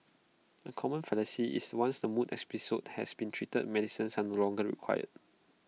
A common fallacy is once the mood episodes has been treated medicines are no longer required